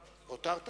והותרת